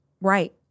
right